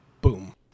boom